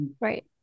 right